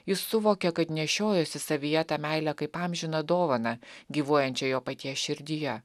jis suvokė kad nešiojosi savyje tą meilę kaip amžiną dovaną gyvuojančią jo paties širdyje